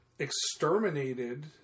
Exterminated